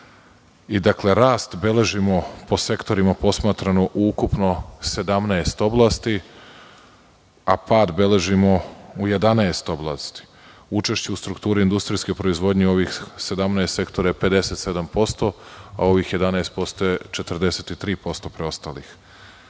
za 6,5. Rast beležimo po sektorima, posmatrano ukupno 17 oblasti, a pad beležimo u 11 oblasti. Učešće u strukturi industrijske proizvodnje u ovih 17 sektora je 57%, a u ovih 11% je 43% preostalih.